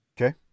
Okay